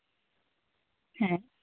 ᱦᱮᱸ